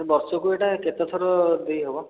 ବର୍ଷକୁ ଏଇଟା କେତେ ଥର ଦେଇହେବ